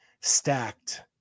stacked